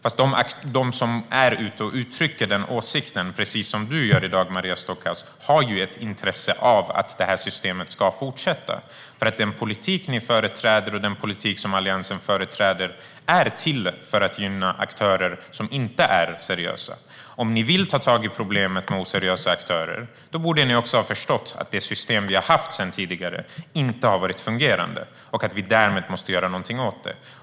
Men de som är ute och uttrycker den åsikten - precis som du gör i dag, Maria Stockhaus - har ju ett intresse av att det här systemet ska fortsätta finnas, för den politik ni företräder och den politik som Alliansen företräder är till för att gynna aktörer som inte är seriösa. Om ni vill ta tag i problemet med oseriösa aktörer borde ni ha förstått att det system vi har sedan tidigare inte har varit fungerande och att vi därmed måste göra någonting åt det.